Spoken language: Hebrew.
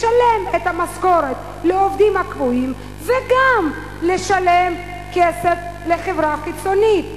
לשלם את המשכורת לעובדים הקבועים וגם לשלם כסף לחברה חיצונית.